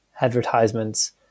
advertisements